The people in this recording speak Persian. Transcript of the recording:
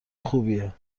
خوبیه